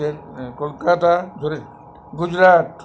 Kolkata Gujarat